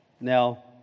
Now